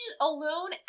alone